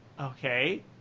okay